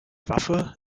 waffe